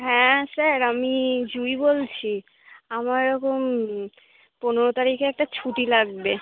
হ্যাঁ স্যার আমি জুঁই বলছি আমার এরকম পনেরো তারিখে একটা ছুটি লাগবে